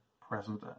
present